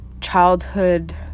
childhood